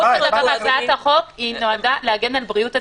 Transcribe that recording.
הצעת החוק נועדה להגן על בריאות הציבור,